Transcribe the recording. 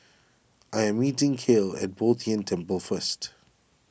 I am meeting Cale at Bo Tien Temple first